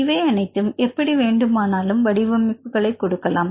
இவை அனைத்தும் எப்படி வேண்டுமானாலும் வடிவமைப்புகளை கொடுக்கலாம்